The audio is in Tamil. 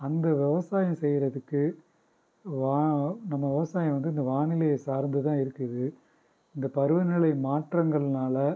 அந்த விவசாயம் செய்கிறதுக்கு வா நம்ம விவசாயம் வந்து இந்த வானிலையை சார்ந்து தான் இருக்குது இந்த பருவ நிலை மாற்றங்களினால